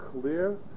clear